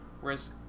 Whereas